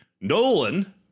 Nolan